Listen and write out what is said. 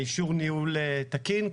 אישור ניהול תקין,